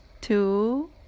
two